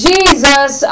Jesus